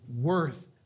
worth